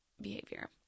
behavior